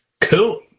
Cool